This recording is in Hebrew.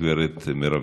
גברתי מרב מיכאלי,